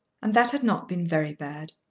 and that had not been very bad.